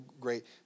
great